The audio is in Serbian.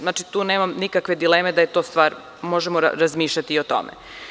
Znači, tu nemam nikakve dileme da je to stvar, možemo razmišljati i o tome.